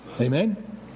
Amen